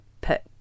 put